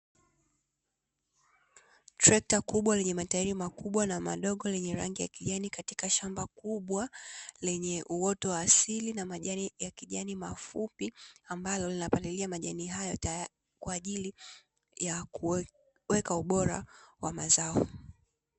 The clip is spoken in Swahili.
Trekta kubwa lenye matairi madogo lenye rangi ya kijani katika shamba kubwa lenye uoto wa asili na majani ya kijani mafupi, ambalo linapalilia majani hayo kwa ajili ya kuweka ubora wa mazao.